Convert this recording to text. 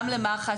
גם למח"ש,